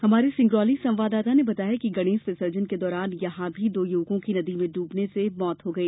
हमारे सिंगरौली संवाददाता ने बताया कि गणेश विसर्जन के दौरान यहां दो युवकों की नदी में डूबने से मौत हो गई